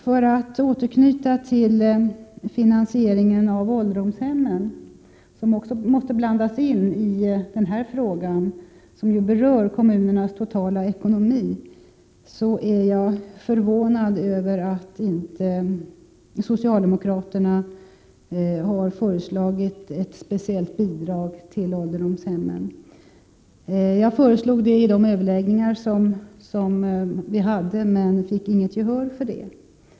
För att återknyta till finansieringen av ålderdomshemmen, som också måste blandas ini den här frågan som ju berör kommunernas totala ekonomi, är jag förvånad över att inte socialdemokraterna har föreslagit ett speciellt bidrag till ålderdomshemmen. Jag föreslog det vid de överläggningar som vi hade men fick inget gehör för det.